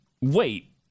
Wait